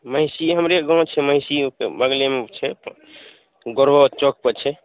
महिषी हमरे गाँव छी महिषी बगलेमे छै गोरवा चौकपर छै